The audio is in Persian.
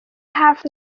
حرف